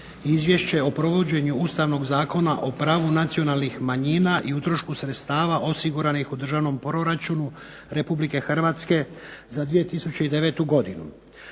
Izvješće o provođenju Ustavnog zakona o pravu nacionalnih manjina i o utrošku sredstava osiguranih u Državnom proračunu Republike Hrvatske za 2009. godinu